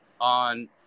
on